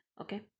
okay